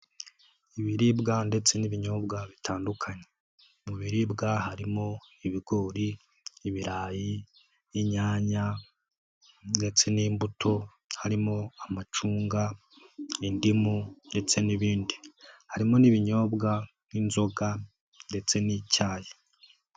Ibiribwa ndetse n'ibinyobwa bitandukanye. Mu biribwa harimo: ibigori, ibirayi, inyanya ndetse n'imbuto, harimo: amacunga, indimu ndetse n'ibindi. Harimo n'ibinyobwa nk'inzoga ndetse n'icyayi.